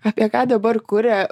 apie ką dabar kuria